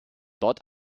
dort